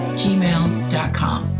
gmail.com